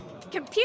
Computer